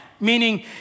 Meaning